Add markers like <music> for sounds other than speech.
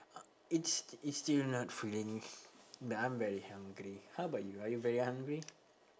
<noise> it's it's still not filling now I'm very hungry how about you are you very hungry